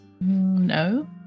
No